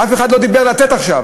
אף אחד לא דיבר על לתת עכשיו.